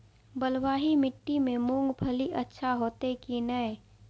बलवाही माटी में मूंगफली अच्छा होते की ने?